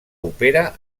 opera